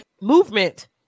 movement